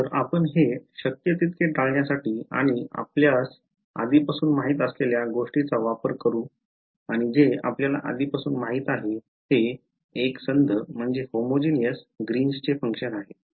तर आपण हे शक्य तितके टाळण्यासाठी आणि आपल्यास आधीपासून माहित असलेल्या गोष्टीचा वापर करू आणि जे आपल्याला आधीपासून माहित आहे ते एकसंध ग्रीनचे फंक्शन आहे